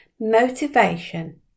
Motivation